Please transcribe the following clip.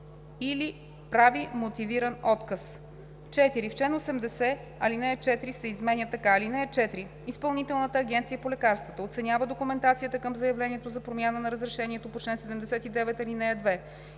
„или прави мотивиран отказ“. 4. В чл. 80 ал. 4 се изменя така: „(4) Изпълнителната агенция по лекарствата оценява документацията към заявлението за промяна на разрешението по чл. 79, ал. 2.